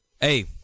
Hey